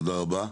תודה רבה.